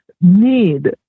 need